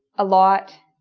a lot,